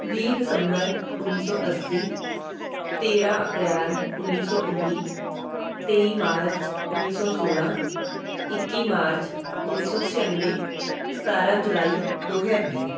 ਵੀਹ ਦਸੰਬਰ ਉੱਨੀ ਸੌ ਅੱਸੀ ਤੇਰ੍ਹਾਂ ਅਪ੍ਰੈਲ ਉੱਨੀ ਸੌ ਉੱਨੀ ਤੇਈ ਮਾਰਚ ਉੱਨੀ ਸੌ ਸੋਲ੍ਹਾਂ ਇੱਕੀ ਮਾਰਚ ਉੱਨੀ ਸੌ ਛਿਆਨਵੇਂ ਸਤਾਰ੍ਹਾਂ ਜੁਲਾਈ ਦੋ ਹਜ਼ਾਰ ਵੀਹ